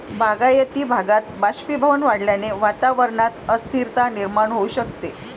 बागायती भागात बाष्पीभवन वाढल्याने वातावरणात अस्थिरता निर्माण होऊ शकते